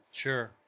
sure